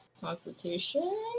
Constitution